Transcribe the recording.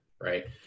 right